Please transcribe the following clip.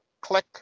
click